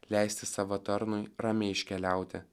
leisti savo tarnui ramiai iškeliauti